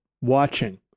watching